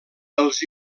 els